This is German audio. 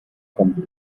kommt